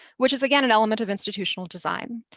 which is, again, an element of institutional design.